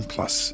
Plus